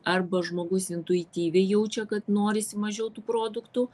arba žmogus intuityviai jaučia kad norisi mažiau tų produktų